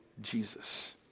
Jesus